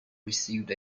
received